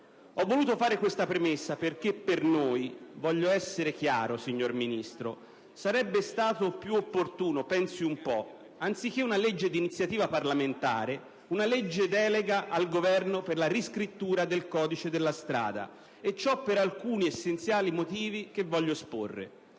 Ho voluto fare questa premessa perché per noi, voglio essere chiaro signor Ministro, sarebbe stata più opportuna - pensi un po' - anziché una legge di iniziativa parlamentare, una legge delega al Governo per la riscrittura del codice della strada e ciò per alcuni essenziali motivi che voglio esporre.